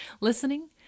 listening